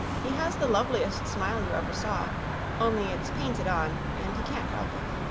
he has the loveliest smile you ever saw only it's painted on and he can't help it.